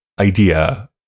idea